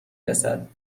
رسد